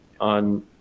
on